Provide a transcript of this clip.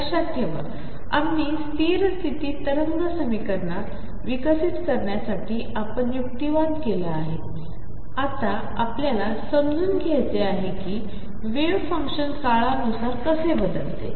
लक्षातठेवाआम्हीस्थिरस्थितीतरंगसमीकरनातंविकसितकरण्यासाठीआपणयुक्तिवादकेलाआहेआताआपल्यालासमजूनघ्यायचेआहेकिवेव्हफंक्शनकाळानुसारकसेबदलते